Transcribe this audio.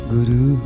Guru